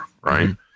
right